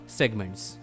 segments